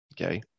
Okay